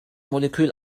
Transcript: molekül